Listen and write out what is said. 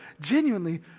genuinely